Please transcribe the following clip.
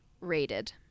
rated